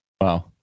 Wow